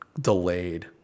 delayed